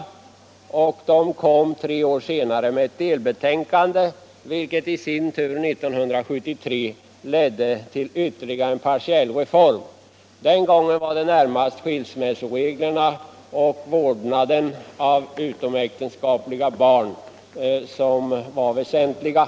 Den utredningen lade tre år senare fram ett delbetänkande, vilket i sin tur 1973 ledde till ytterligare en partiell reform. Den gången var det närmast skilsmässoreglerna och bestämmelserna om vårdnad av utomäktenskapliga barn som var väsentliga.